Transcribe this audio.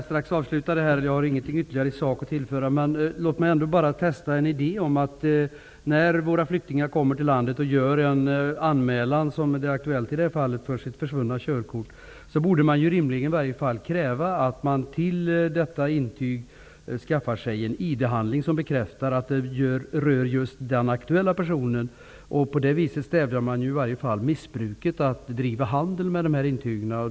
Herr talman! Jag har ingenting ytterligare i sak att tillföra, men låt mig bara testa en idé som jag har. När en flykting kommer till landet och gör en anmälan om försvunnet körkort, borde det rimligen krävas att flyktingen skaffar sig en idhandling som bekräftar att det är fråga om just den personen. På det viset stävjar man ju i varje fall missbruket med att bedriva handel med dessa intyg.